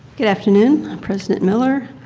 good afternoon, and president miller,